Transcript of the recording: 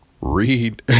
read